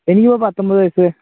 എനിക്കിപ്പോള് പത്തൊമ്പത് വയസ്സ്